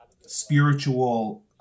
spiritual